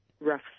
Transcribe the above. rough